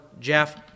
Jeff